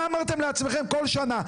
מה אמרתם לעצמכם כל שנה?